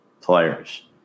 players